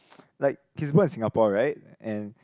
like he is born in Singapore right and